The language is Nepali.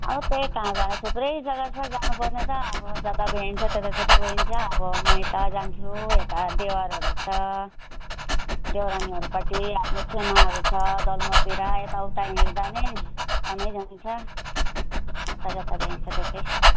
अब त्यही कहाँ जाने थुप्रै जग्गा छ जानुपर्ने त अब जता भ्याइन्छ त्यतै त्यतै गइन्छ अब माइत जान्छु यता देवरहरू छ देवरानीहरूपट्टि आफ्नो छेमाहरू छ दलमोरतिर यताउता हिँड्दा नै समय जान्छ जताजता जाइन्छ त्यतै